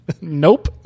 Nope